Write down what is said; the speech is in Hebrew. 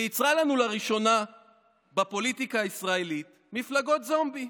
וייצרה לנו לראשונה בפוליטיקה הישראלית מפלגות זומבי.